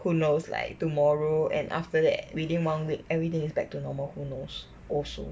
who knows like tomorrow and after that within one week everyday is back to normal who knows also